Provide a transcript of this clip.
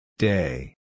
Day